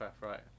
right